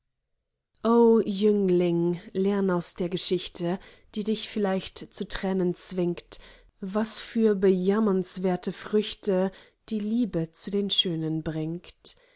o jüngling lern aus der geschichte die dich vielleicht zu tränen zwingt was für bejammernswerte früchte die liebe zu den schönen bringt